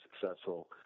successful